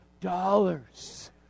dollars